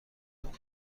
دنیا